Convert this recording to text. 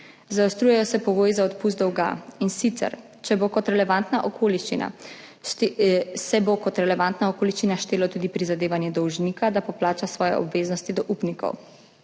Zaostrujejo se pogoji za odpust dolga, in sicer se bo kot relevantna okoliščina štelo tudi prizadevanje dolžnika, da poplača svoje obveznosti do upnikov.